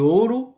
ouro